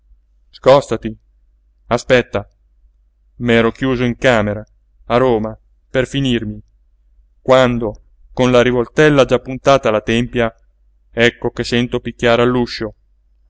liberi scòstati aspetta m'ero chiuso in camera a roma per finirmi quando con la rivoltella già puntata alla tempia ecco che sento picchiare